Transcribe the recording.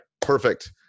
Perfect